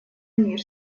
мир